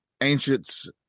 ancients